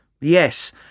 Yes